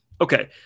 Okay